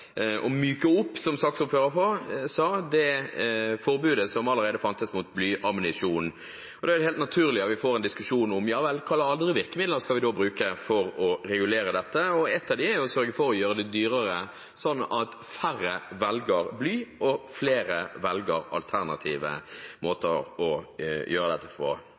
og at stortingsflertallet valgte å oppheve – «å myke opp», som saksordføreren sa – det forbudet som allerede fantes mot blyammunisjon. Da er det helt naturlig at vi får en diskusjon om hvilke andre virkemidler vi skal bruke for å regulere dette. Ett av dem er å sørge for å gjøre det dyrere, sånn at færre velger bly og flere velger å bruke alternativ ammunisjon. Jeg vil slutte meg til det